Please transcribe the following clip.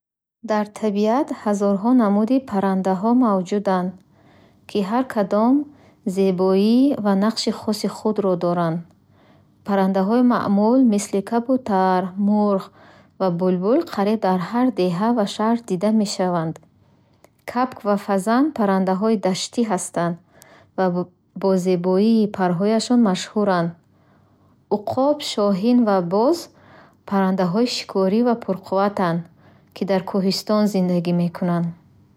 Дар табиат ҳазорҳо намуди паррандаҳо мавҷуданд, ки ҳар кадом зебоии ва нақши хоси худро доранд. Паррандаҳои маъмул мисли кабутар, мурғ ва булбул қариб дар ҳар деҳа ва шаҳр дида мешаванд. Кабк ва фазан паррандаҳои даштӣ ҳастанд ва бо зебоии парҳояшон машҳуранд. Уқоб, шоҳин ва боз паррандаҳои шикорӣ ва пурқувватанд, ки дар кӯҳистон зиндагӣ мекунанд.